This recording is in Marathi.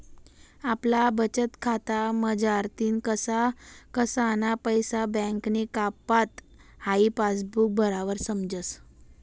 आपला बचतखाता मझारतीन कसा कसाना पैसा बँकनी कापात हाई पासबुक भरावर समजस